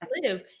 live